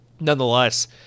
nonetheless